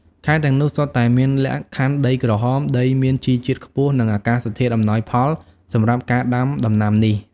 ខេត្តទាំងនោះសុទ្ធតែមានលក្ខខណ្ឌដីក្រហម ដីមានជីជាតិខ្ពស់ និងអាកាសធាតុអំណោយផលសម្រាប់ការដាំដំណាំនេះ។